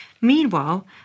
Meanwhile